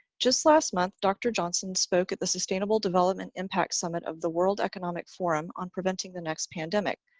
just last month dr. johnson spoke at the sustainable development impact summit of the world economic forum on preventing the next pandemic.